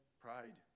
Pride